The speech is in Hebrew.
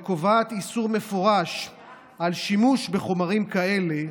וקובעת איסור מפורש של שימוש בחומרים כאלה,